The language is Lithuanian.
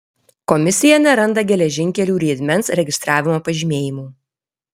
komisija neranda geležinkelių riedmens registravimo pažymėjimų